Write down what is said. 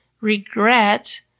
Regret